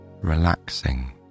relaxing